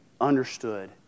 Understood